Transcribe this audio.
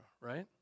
right